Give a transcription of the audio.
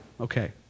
Okay